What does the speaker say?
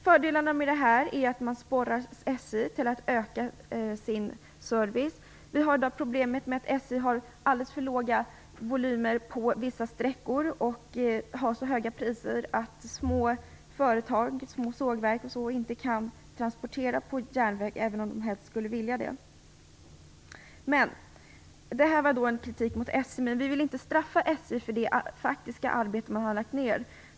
Fördelarna med detta är att man sporrar SJ till att öka sin service. Problemet för SJ är att volymen är alldeles för låg på vissa sträckor och att man har så höga priser att små företag - sågverk och annat - inte har möjlighet att utnyttja järnvägstransporter, även om de skulle vilja det. Detta var då kritik mot SJ, men vi vill inte straffa SJ för det faktiska arbete som man har lagt ner.